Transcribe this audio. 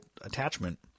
attachment